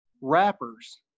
rappers